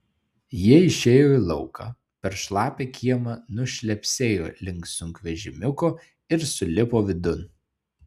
jie išėjo į lauką per šlapią kiemą nušlepsėjo link sunkvežimiuko ir sulipo vidun